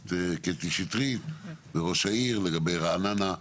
הכנסת קטי שטרית וראש העיר לגבי רעננה,